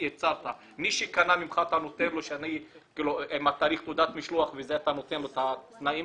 מי שקנה ממך עם תעודת המשלוח והתאריך אתה מציג את התנאים